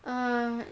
ah